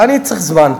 אני צריך זמן.